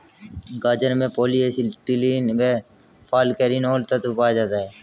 गाजर में polyacetylene व फालकैरिनोल तत्व पाया जाता है